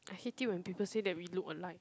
I hate it when people say that we look alike